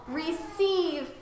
receive